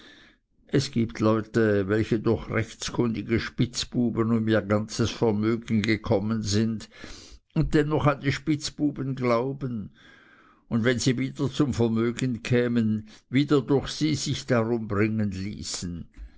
es gibt leute welche durch rechtskundige spitzbuben um ihr ganzes vermögen gekommen sind und dennoch an die spitzbuben glauben und wenn sie wieder zum vermögen kämen wieder durch sie sich darum bringen ließen